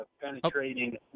penetrating